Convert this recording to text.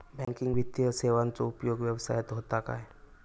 Banking वित्तीय सेवाचो उपयोग व्यवसायात होता काय?